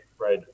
Right